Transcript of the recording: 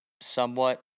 somewhat